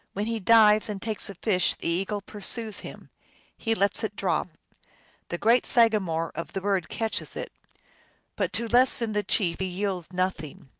when he dives and takes a fish the eagle pursues him he lets it drop the great sagamore of the birds catches it but to less than the chief he yields nothing.